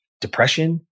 depression